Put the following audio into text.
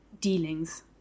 dealings